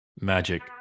Magic